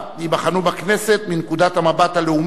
ייבחנו בכנסת מנקודת המבט הלאומית,